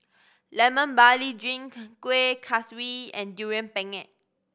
Lemon Barley Drink Kuih Kaswi and Durian Pengat